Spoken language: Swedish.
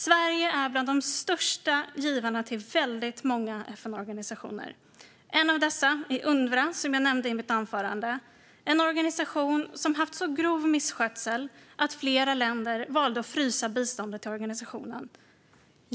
Sverige är bland de största givarna till många FN-organisationer. En av dessa är Unrwa, som jag nämnde i mitt anförande. Det är en organisation som haft så grov misskötsel att flera länder valt att frysa biståndet till organisationen.